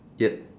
yup